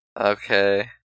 Okay